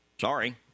sorry